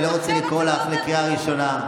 אני לא רוצה לקרוא אותך בקריאה ראשונה.